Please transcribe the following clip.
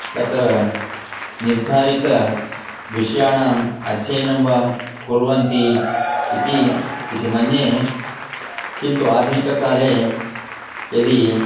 तत्र निर्धारितविषयाणाम् अध्ययनं वा कुर्वन्ति इति इति मन्ये किन्तु आधुनिककाले यदि